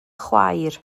chwaer